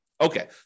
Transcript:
Okay